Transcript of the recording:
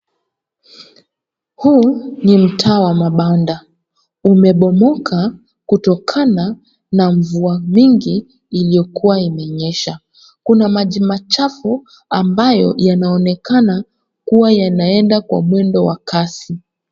Huu ni mtaa wa mabanda, umebomoka kutokana na mvua mingi iliyokua imenyesha ,Kuna maji machafu ambayo yanaonekana kua yanaenda kwa mwendo wa Kasi.